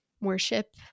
worship